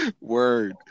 Word